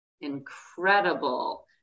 incredible